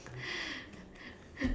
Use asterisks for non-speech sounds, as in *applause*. *laughs*